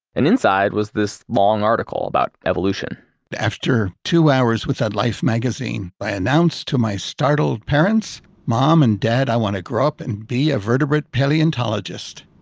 and inside was this long article about evolution after two hours with that life magazine i announced to my startled parents, mom and dad i want to grow up and be a vertebrate paleontologist.